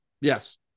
Yes